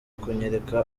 kunyereka